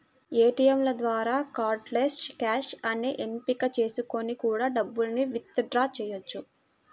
ఏటియంల ద్వారా cardless cash అనే ఎంపిక చేసుకొని కూడా డబ్బుల్ని విత్ డ్రా చెయ్యొచ్చు